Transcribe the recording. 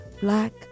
black